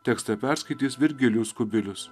tekstą perskaitys virgilijus kubilius